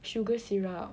sugar syrup